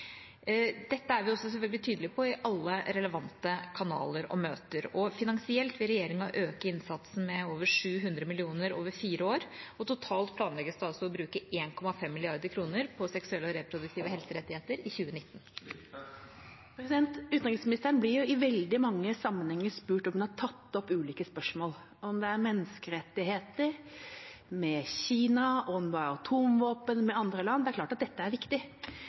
Dette er vi selvfølgelig også tydelige på i alle relevante kanaler og møter. Finansielt vil regjeringa øke innsatsen med over 700 mill. kr over fire år, og totalt planlegges det å bruke 1,5 mrd. kr på seksuelle og reproduktive helserettigheter i 2019. Utenriksministeren blir i veldig mange sammenhenger spurt om hun har tatt opp ulike spørsmål, enten det er menneskerettigheter med Kina eller atomvåpen med andre land. Det er klart at dette er viktig,